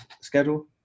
schedule